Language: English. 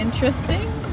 Interesting